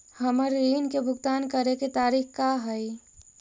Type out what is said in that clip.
हमर ऋण के भुगतान करे के तारीख का हई?